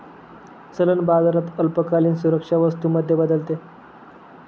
चलन बाजारात अल्पकालीन सुरक्षा वस्तू मध्ये बदलते